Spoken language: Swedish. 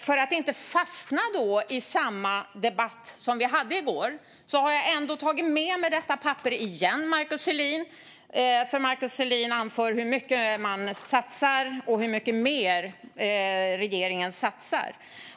För att inte fastna i samma debatt som vi hade i går har jag återigen tagit med mig det papper jag nu håller i, för Markus Selin anförde hur mycket man satsar och hur mycket mer regeringen satsar.